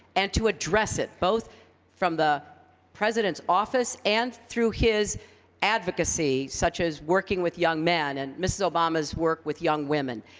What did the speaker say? and to address it both from the president's office, and and through his advocacy, such as working with young men, and mrs. obama's work with young women.